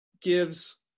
gives